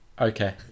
Okay